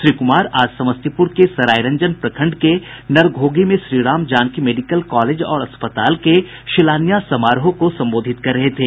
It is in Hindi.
श्री कुमार आज समस्तीपुर के सरायरंजन प्रखंड के नरघोघी में श्रीराम जानकी मेडिकल कॉलेज और अस्पताल के शिलान्यास समारोह को संबोधित कर रहे थे